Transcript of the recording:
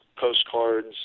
postcards